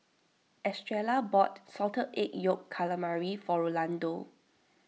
Estrella bought Salted Egg Yolk Calamari for Rolando